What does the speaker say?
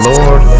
Lord